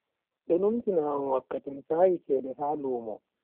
Do numtina am wakkati mi sahi cede ha lumo.